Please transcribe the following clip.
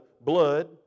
blood